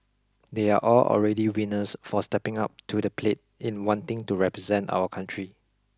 they are all already winners for stepping up to the plate in wanting to represent our country